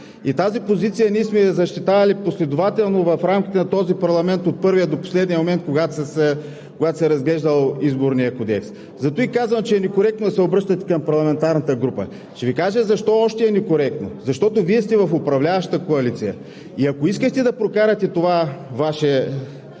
Тази позиция ние сме защитавали последователно в рамките на този парламент от първия до последния момент, когато се е разглеждал Изборният кодекс. Затова казвам, че е некоректно да се обръщате към парламентарната група. Ще Ви кажа защо още е некоректно. Защото Вие сте в управляващата коалиция. Ако искахте да прокарате това Ваше